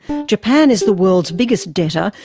japan is the world's biggest debtor,